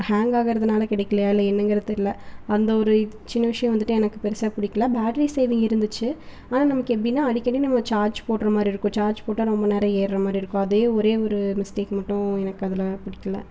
hang ஆகிறதுனால கிடைக்கிலியா இல்லை என்னாங்கிறது தெரில அந்த ஒரு இது சின்ன விஷயம் வந்துட்டு எனக்கு பெருசாக பிடிக்கில பேட்ரி சேவிங் இருந்துச்சு ஆனால் நமக்கு எப்படினா அடிக்கடி நம்ம சார்ஜ் போடுகிற மாதிரி இருக்கும் சார்ஜ் போட்டால் ரொம்ப நேரம் ஏர்ற மாதிரி இருக்கும் அதே ஒரே ஒரு மிஸ்டேக் மட்டும் எனக்கு அதில் பிடிக்கல